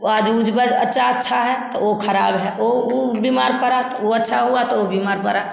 तो आज उज बज अच्चा अच्छा है तो वह खराब है वह वह बीमार पड़ा तो वह अच्छा हुआ तो वह बीमार पड़ा